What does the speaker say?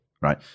right